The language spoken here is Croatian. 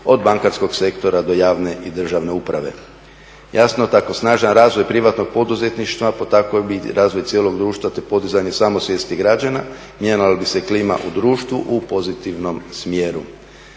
od bankarskog sektora do javne i državne uprave. Jasno, tako snažan razvoj privatnog poduzetništva potaknuo bi razvoj cijelog društva te podizanje samosvijesti građana, mijenjala bi se klima u društvu u pozitivnom smjeru.